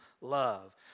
Love